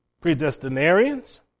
predestinarians